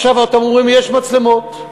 על התמרורים יש מצלמות,